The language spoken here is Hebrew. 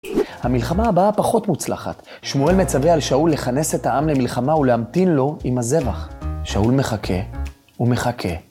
המלחמה הבאה פחות מוצלחת. שמואל מצווה על שאול לכנס את העם למלחמה ולהמתין לו עם הזבח. שאול מחכה ומחכה...